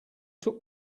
took